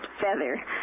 Feather